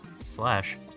slash